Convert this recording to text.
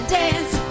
dance